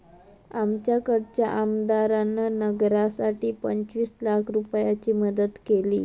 आमच्याकडच्या आमदारान नगरासाठी पंचवीस लाख रूपयाची मदत केली